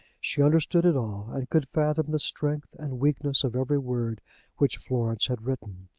she understood it all, and could fathom the strength and weakness of every word which florence had written.